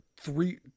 three